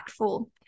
impactful